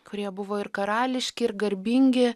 kurie buvo ir karališki ir garbingi